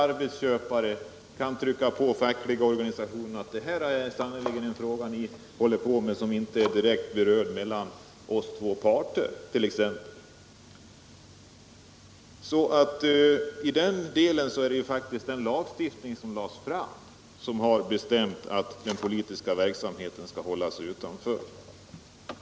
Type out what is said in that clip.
Arbetsköparen kan trycka på den fackliga organisationen och säga t.ex. att den fråga som ni här har aktualiserat är sannerligen inte något som direkt berörts mellan oss två parter. Där har alltså faktiskt lagstiftningen bestämt att den politiska verksamheten skall hållas utanför.